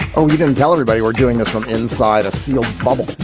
oh, you didn't tell everybody. we're doing this from inside a sealed bubble.